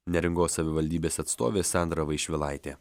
neringos savivaldybės atstovė sandra vaišvilaitė